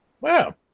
Wow